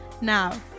Now